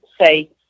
say